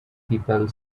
people